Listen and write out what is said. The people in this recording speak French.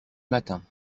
matin